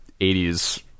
80s